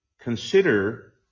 consider